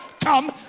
come